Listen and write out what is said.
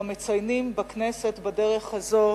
שמציינים בכנסת בדרך הזו